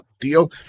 deal